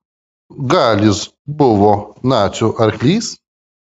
gal jis buvo nacių arklys